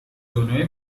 دنیای